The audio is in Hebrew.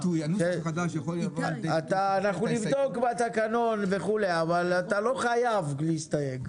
אנחנו נבדוק בתקנון אבל אתה לא חייב להסתייג.